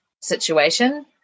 situation